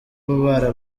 baba